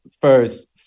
first